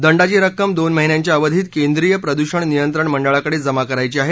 दंडाची रक्कम दोन महिन्यांच्या अवधीत केंद्रीय प्रदूषण नियंत्रण मंडळाकडे जमा करायची आहे